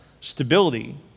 stability